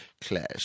clash